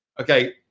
Okay